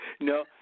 No